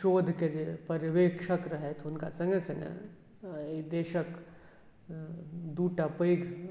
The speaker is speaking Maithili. शोध के जे पर्यवेक्षक रहथि हुनका संगे संगे निदेशक दूटा पैघ